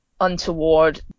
untoward